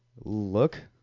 look